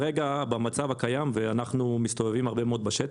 אנחנו מסתובבים הרבה מאוד בשטח.